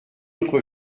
autre